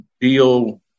deal